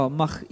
mag